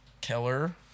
Keller